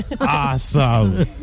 awesome